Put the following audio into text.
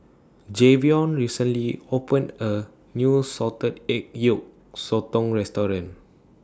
Jayvion recently opened A New Salted Egg Yolk Sotong Restaurant